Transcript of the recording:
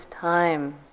time